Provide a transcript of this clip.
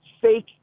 fake